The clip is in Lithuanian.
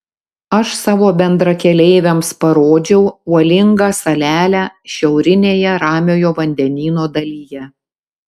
aš savo bendrakeleiviams parodžiau uolingą salelę šiaurinėje ramiojo vandenyno dalyje